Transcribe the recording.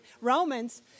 Romans